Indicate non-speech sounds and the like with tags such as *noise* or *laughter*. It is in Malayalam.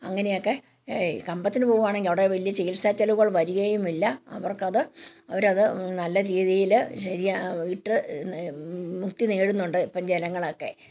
അങ്ങനെയൊക്കെ ഏയ് കമ്പത്തിന് പോവുകാണെങ്കിൽ അവിടെ വലിയ ചികിത്സാ ചിലവുകൾ വരികയുമില്ല അവർക്കത് അവരത് നല്ല രീതിയിൽ ശരിയായിട്ട് മുക്തി നേടുന്നുണ്ട് ഇപ്പം ജനങ്ങളൊക്കെ *unintelligible*